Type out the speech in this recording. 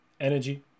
energy